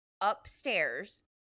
upstairs